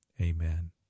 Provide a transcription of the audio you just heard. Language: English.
Amen